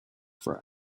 for